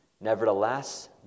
Nevertheless